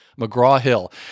McGraw-Hill